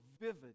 vivid